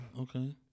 Okay